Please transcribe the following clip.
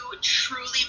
truly